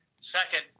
second